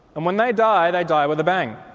and when they die they die with a bang.